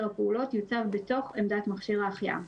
הפעולות יוצב בתוך עמדת מכשיר ההחייאה.